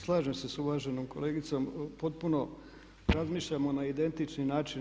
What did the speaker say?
Slažem se s uvaženom kolegicom, potpuno razmišljamo na identični način.